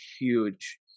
huge